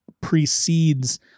precedes